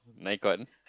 Mengcon